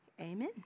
Amen